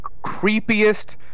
creepiest